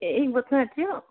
ए एक बज्नु आँट्यो